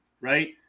right